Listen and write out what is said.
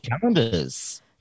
calendars